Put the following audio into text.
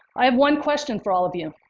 i have one question for all of you.